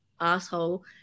asshole